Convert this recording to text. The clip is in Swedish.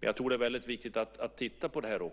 Jag tror att det är väldigt viktigt att